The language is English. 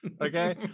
okay